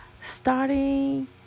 starting